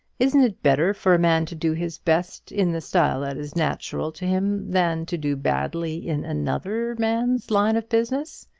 isn't it better for a man to do his best in the style that is natural to him than to do badly in another man's line of business?